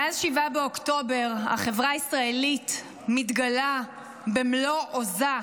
מאז 7 באוקטובר החברה הישראלית מתגלה במלוא עוזה.